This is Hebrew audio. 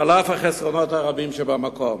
על אף החסרונות הרבים שבמקום.